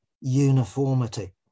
uniformity